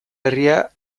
herria